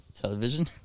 television